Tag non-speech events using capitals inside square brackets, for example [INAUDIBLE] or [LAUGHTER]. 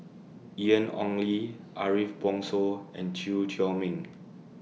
Ian Ong [NOISE] Li Ariff Bongso and Chew Chor Meng [NOISE]